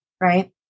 Right